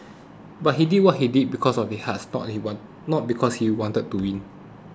but he did what he did because of his heart and not because he wanted to win